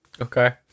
Okay